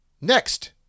Next